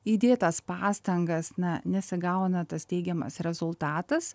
įdėtas pastangas na nesigauna tas teigiamas rezultatas